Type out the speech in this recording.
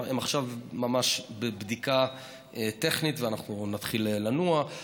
הם עכשיו ממש בבדיקה טכנית, ואנחנו נתחיל לנוע.